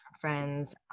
friends